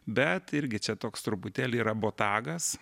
bet irgi čia toks truputėlį yra botagas